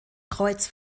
kreuz